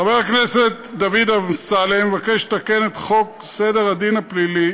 חבר הכנסת דוד אמסלם מבקש לתקן את חוק סדר הדין הפלילי